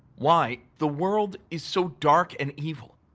why the world is so dark and evil,